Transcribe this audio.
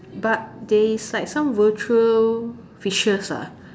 but there is like some virtual fishes ah